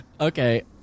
Okay